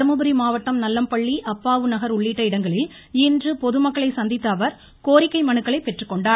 தருமபுரி மாவட்டம் நல்லம்பள்ளி அப்பாவுநகர் உள்ளிட்ட இடங்களில் இன்று பொதுமக்களை சந்தித்த அவர் கோரிக்கை மனுக்களைப் பெற்றுக்கொண்டார்